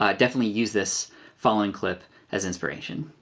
ah definitely use this following clip as inspiration.